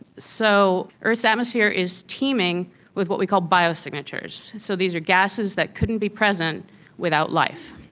so earth's atmosphere is teeming with what we call bio-signatures. so these are gases that couldn't be present without life.